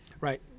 right